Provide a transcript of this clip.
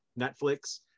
Netflix